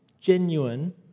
genuine